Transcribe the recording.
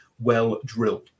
well-drilled